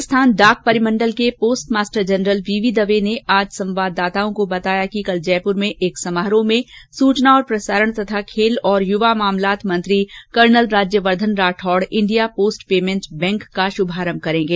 राजस्थान डाक परिमंडल के post master general V V Dave ने आज संवाददाताओं को बताया कि कल जयपुर में एक समारोह में सूचना और प्रसारण तथा खेल तथा युवा मामलात मंत्री colonel Rajyavardhan Rathore India post payment bank का शुभारंभ करेंगे